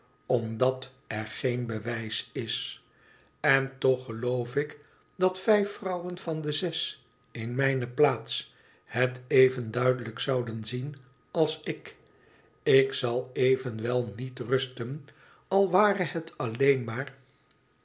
omdat er geen bewijs is n toch geloof ik dat vijf vrouwen van de zes in mijne plaats het even duidelijk zouden zien als ik ik zal evenwel niet rusten al ware het alleen maar